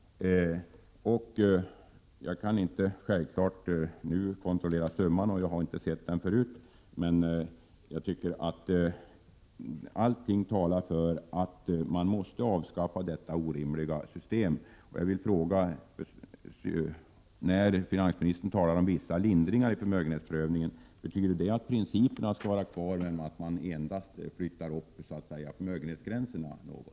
Självfallet kan jag inte nu kontrollera summan, som jag inte har sett förut, men jag tycker att även den talar för att detta orimliga system måste avskaffas. Finansministern talar om ”vissa lindringar i förmögenhetsprövningen”, och jag vill fråga om det betyder att principerna skall vara kvar men att endast förmögenhetsgränserna flyttas upp något.